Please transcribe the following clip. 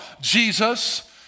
Jesus